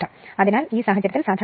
അതിനാൽ ഈ സാഹചര്യത്തിൽ I2 2 എടുക്കുക